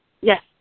Yes